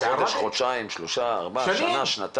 לפני חודש, חודשיים, שנה, שנתיים?